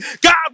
God